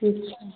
अच्छा